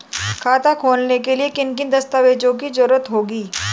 खाता खोलने के लिए किन किन दस्तावेजों की जरूरत होगी?